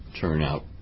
turnout